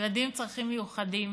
ילדים עם צרכים מיוחדים,